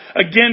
again